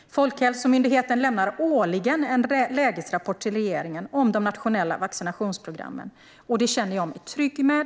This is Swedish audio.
Folkhälsomyndigheten lämnar årligen en lägesrapport till regeringen om de nationella vaccinationsprogrammen, och det känner jag mig trygg med.